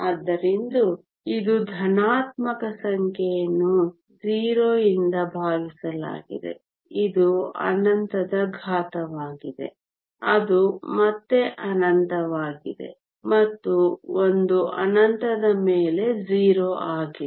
ಆದ್ದರಿಂದ ಇದು ಧನಾತ್ಮಕ ಸಂಖ್ಯೆಯನ್ನು 0 ರಿಂದ ಭಾಗಿಸಲಾಗಿದೆ ಇದು ಅನಂತದ ಘಾತವಾಗಿದೆ ಅದು ಮತ್ತೆ ಅನಂತವಾಗಿದೆ ಮತ್ತು 1 ಅನಂತದ ಮೇಲೆ 0 ಆಗಿದೆ